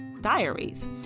diaries